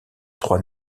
trois